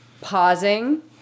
pausing